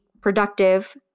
productive